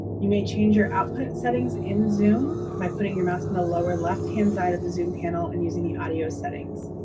you may change your output settings in zoom by putting your mouse in the lower-left-hand side of the zoom panel and using the audio settings.